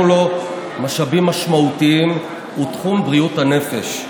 לו משאבים משמעותיים הוא תחום בריאות הנפש.